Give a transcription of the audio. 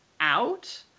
out